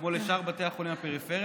כמו לשאר בתי החולים בפריפריה.